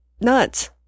Nuts